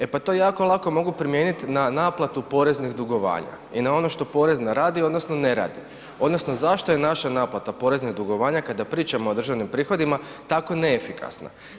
E pa to jako lako mogu primijeniti na naplatu poreznih dugovanja i na ono što Porezna radi odnosno ne radi odnosno zašto je naša naplata poreznih dugovanja kada pričamo o državnim prihodima tako neefikasna.